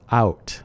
out